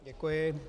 Děkuji.